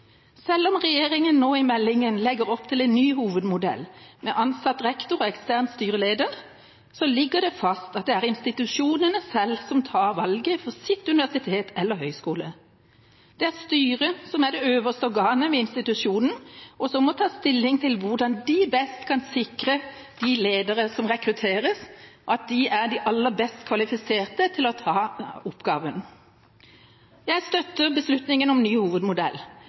Selv om regjeringa nå i meldingen legger opp til en ny hovedmodell med ansatt rektor og ekstern styreleder, ligger det fast at det er institusjonene selv som tar valget for sitt universitet eller sin høyskole. Det er styret som er det øverste organet ved institusjonen, og som må ta stilling til hvordan de best kan sikre at de lederne som rekrutteres, er de best kvalifiserte til å ta oppgaven. Jeg støtter beslutningen om ny hovedmodell,